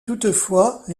toutefois